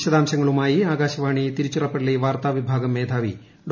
വിശദാംശങ്ങളുമായി ആകാശവാണി തിരുച്ചിറപ്പള്ളി വാർത്താവിഭാഗം മേധാവി ഡോ